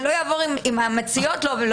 לכן אני בעד שהם ישבו ביחד.